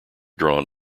drawn